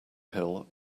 hill